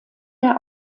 der